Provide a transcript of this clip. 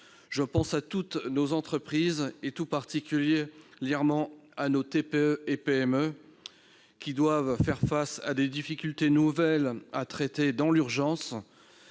Je pense à toutes nos entreprises, tout particulièrement à nos TPE et PME, qui doivent faire face à des difficultés nouvelles qu'il faut traiter dans l'urgence,